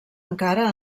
encara